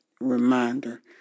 reminder